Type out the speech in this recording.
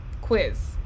quiz